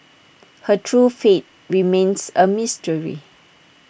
her true fate remains A mystery